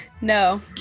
no